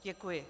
Děkuji.